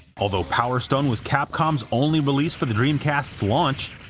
although power stone was capcom's only release for the dreamcast's launch,